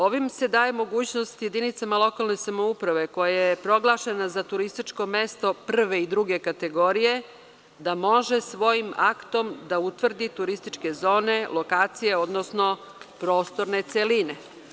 Ovim se daje mogućnost jedinicama lokalne samouprave, koja je proglašena za turističko mesto prve i druge kategorije, da može svojim aktom da utvrdi turističke zone, lokacije odnosno prostorne celine.